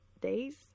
days